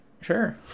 Sure